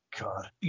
God